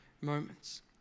moments